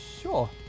sure